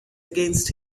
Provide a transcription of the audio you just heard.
against